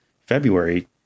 February